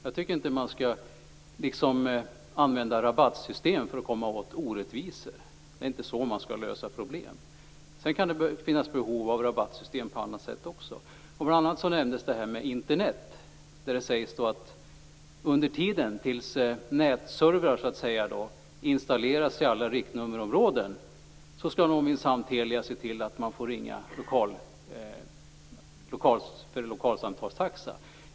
Jag tycker inte att man skall använda sig av rabattsystem för att komma åt orättvisor. Det är inte på det sättet som man skall lösa problem. Sedan kan det naturligtvis finnas behov av rabattsystem i andra sammanhang. Bl.a. nämndes Internet. Det sägs att tills nätservrar installeras i alla riktnummerområden skall Telia minsann se till att man får ringa för lokalsamtalstaxa.